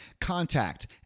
contact